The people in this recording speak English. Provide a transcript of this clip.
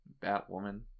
batwoman